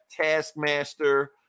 Taskmaster